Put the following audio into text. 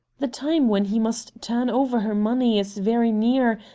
the time when he must turn over her money is very near,